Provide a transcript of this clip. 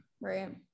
right